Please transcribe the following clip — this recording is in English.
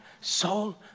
soul